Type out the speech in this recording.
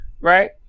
right